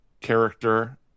character